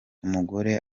umugore